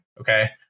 Okay